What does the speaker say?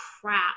crap